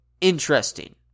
interesting